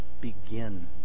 begin